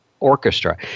Orchestra